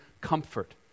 comfort